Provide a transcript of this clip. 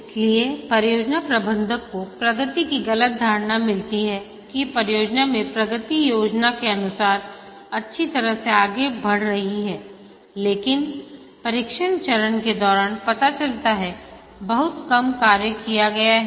इसलिए परियोजना प्रबंधक को प्रगति की गलत धारणा मिलती है कि परियोजना में प्रगति योजना के अनुसार अच्छी तरह से आगे बढ़ रही हैलेकिन परीक्षण चरण के दौरान पता चलता है कि बहुत कम कार्य किया गया है